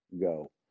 go